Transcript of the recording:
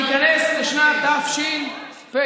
ניכנס לשנת תשפ"א,